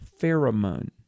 pheromone